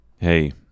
Hey